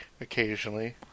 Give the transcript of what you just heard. occasionally